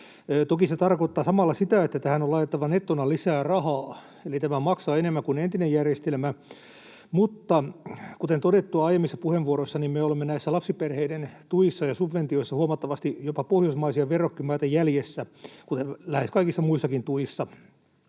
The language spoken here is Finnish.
Toki se tarkoittaa samalla sitä, että tähän on laitettava nettona lisää rahaa, eli tämä maksaa enemmän kuin entinen järjestelmä. Mutta kuten todettua aiemmissa puheenvuoroissa, me olemme näissä lapsiperheiden tuissa ja subventioissa huomattavasti jopa pohjoismaisia verrokkimaita jäljessä, kuten lähes kaikissa muissakin tuissa.